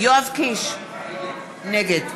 יואב קיש, נגד